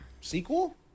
sequel